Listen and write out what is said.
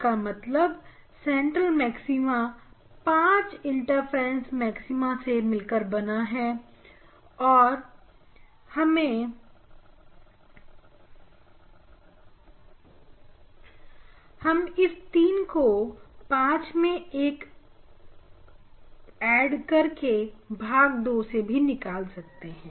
इसका मतलब central maxima 5 interference maxima से मिलकर बना है और इस 3 को हम 51 भाग 2 से भी निकाल सकते हैं